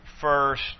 first